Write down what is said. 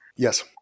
Yes